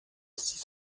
six